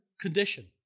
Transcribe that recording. condition